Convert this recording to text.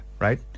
Right